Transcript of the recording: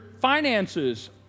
finances